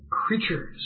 creatures